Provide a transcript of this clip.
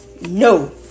no